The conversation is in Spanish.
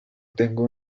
tengo